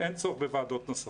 אין צורך בוועדות נוספות,